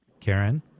Karen